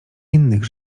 innych